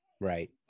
Right